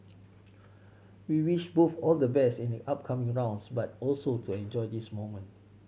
we wish both all the best in the upcoming rounds but also to enjoy this moment